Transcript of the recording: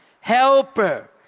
helper